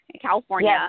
California